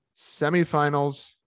semifinals